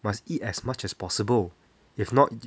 must eat as much as possible if not